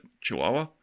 chihuahua